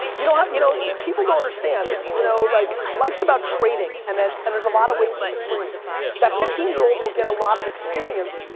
you know you know people don't understand, you know like life's about trading and and and there's a lot of ways to trade. yeah. that fifteen year old will get a lot of experience.